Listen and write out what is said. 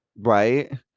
right